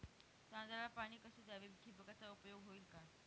तांदळाला पाणी कसे द्यावे? ठिबकचा उपयोग होईल का?